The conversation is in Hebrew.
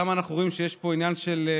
כמה אנחנו רואים שיש פה עניין אינטרסנטי,